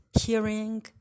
hearing